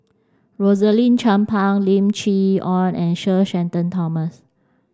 Rosaline Chan Pang Lim Chee Onn and Sir Shenton Thomas